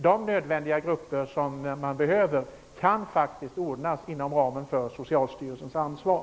De grupper som är nödvändiga kan ordnas inom ramen för